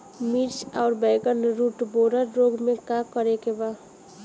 मिर्च आउर बैगन रुटबोरर रोग में का करे के बा?